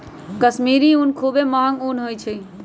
कश्मीरी ऊन खुब्बे महग ऊन होइ छइ